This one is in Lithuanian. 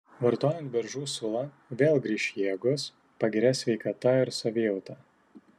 vartojant beržų sulą vėl grįš jėgos pagerės sveikata ir savijauta